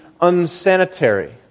unsanitary